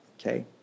okay